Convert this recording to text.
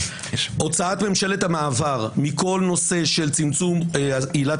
הוצאת ממשלת המעבר מכל נושא של צמצום עילת